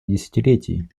десятилетий